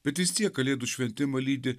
bet vis tiek kalėdų šventimą lydi